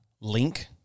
link